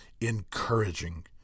encouraging